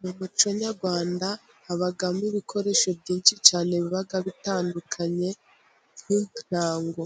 Mu muco nyarwanda habamo ibikoresho byinshi cyane biba bitandukanye nk'intango.